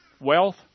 Wealth